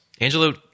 Angelo